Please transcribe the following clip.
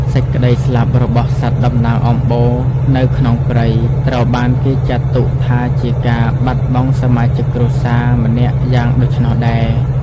សេចក្តីស្លាប់របស់សត្វតំណាងអំបូរនៅក្នុងព្រៃ ត្រូវបានគេចាត់ទុកថាជាការបាត់បង់សមាជិកគ្រួសារម្នាក់យ៉ាងដូច្នោះដែរ។